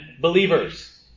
believers